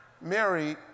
Mary